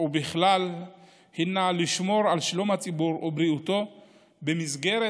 ובכלל היא לשמור על שלום הציבור ובריאותו במסגרת